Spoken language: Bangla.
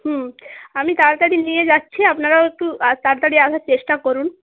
হুম আমি তাড়াতাড়ি নিয়ে যাচ্ছি আপনারাও একটু তাড়াতাড়ি আসার চেষ্টা করুন